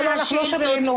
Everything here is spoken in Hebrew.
אנחנו לא שוללים לו.